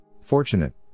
Fortunate